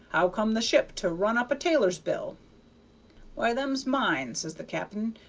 how come the ship to run up a tailor's bill why, them's mine says the cap'n,